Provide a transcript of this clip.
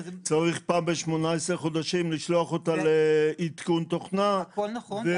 צריך פעם ב-18 חודשים לשלוח אותה לעדכון תוכנה -- הכול נכון,